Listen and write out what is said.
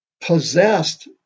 Possessed